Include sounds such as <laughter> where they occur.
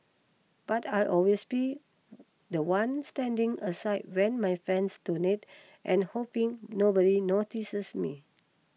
but I'll always be <noise> the one standing aside when my friends donate and hoping nobody notices me